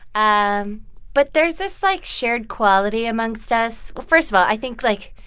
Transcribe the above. um but there's this, like, shared quality amongst us. well, first of all, i think, like,